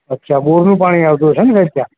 અચ્છા બોરનું પાણી આવતું હશે ને ત્યાં